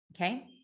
Okay